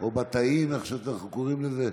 או בתאים, איך שקוראים לזה?